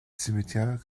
cimetière